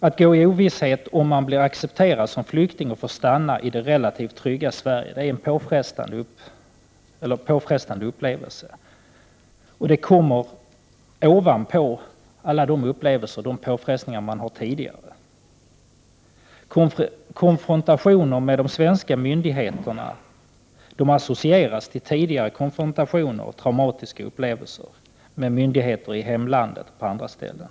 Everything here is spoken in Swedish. Att gå i ovisshet om huruvida man kommer att bli accepterad som flykting och får stanna i det relativt trygga Sverige är påfrestande. Den upplevelsen kommer ovanpå de påfrestningar som man tidigare har haft. Konfrontationer med de svenska myndigheterna associeras till tidigare konfrontationer och traumatiska upplevelser med myndigheter i hemlandet och på andra ställen.